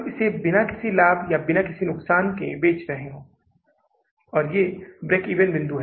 इसलिए मैं जून के महीने में जारी रख रहा हूं लेकिन पन्ने पर ठीक है